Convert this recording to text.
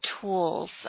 tools